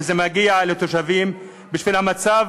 שמגיע לתושבים שהמצב